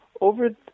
over